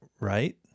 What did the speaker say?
right